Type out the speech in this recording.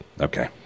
Okay